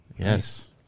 Yes